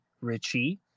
richie